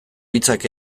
hitzak